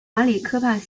马里科帕